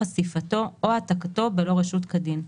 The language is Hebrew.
חשיפתו או העתקתו בלא רשות כדין.